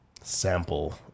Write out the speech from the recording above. sample